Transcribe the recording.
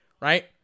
right